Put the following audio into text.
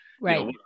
right